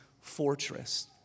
fortress